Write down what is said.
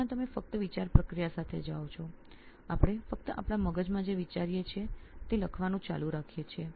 પરંતુ લેખનમાં આપ ફક્ત વિચાર પ્રક્રિયા સાથે જાઓ છો આપણે ફક્ત એ જ લખીએ છીએ જે આપણે મનમાં વિચારી રહ્યા હોઈએ